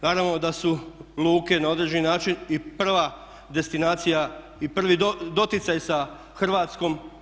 Naravno da su luke na određeni način i prva destinacija i prvi doticaj sa Hrvatskom.